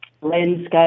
Landscape